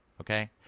Okay